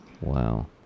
Wow